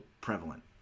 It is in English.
prevalent